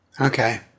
Okay